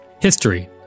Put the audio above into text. History